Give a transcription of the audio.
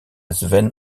sven